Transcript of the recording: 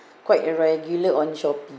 quite a regular on shopee